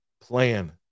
plan